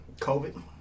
COVID